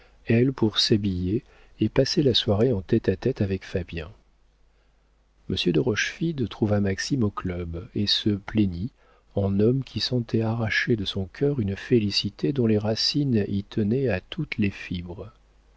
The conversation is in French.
elle pour s'habiller et passer la soirée en tête-à-tête avec fabien monsieur de rochefide trouva maxime au club et se plaignit en homme qui sentait arracher de son cœur une félicité dont les racines y tenaient à toutes les fibres